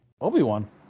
Obi-Wan